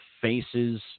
faces